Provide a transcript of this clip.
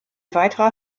weiterer